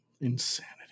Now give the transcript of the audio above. insanity